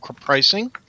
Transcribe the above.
pricing